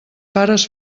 pares